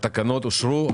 התקנות אושרו.